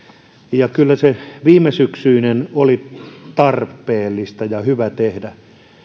kyllä se viimesyksyinen oli tarpeellista ja hyvä tehdä